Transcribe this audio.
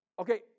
Okay